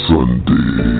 Sunday